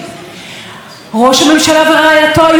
כוחות הביטחון היו עורכים מצוד נרחב,